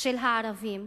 של הערבים,